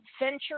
venture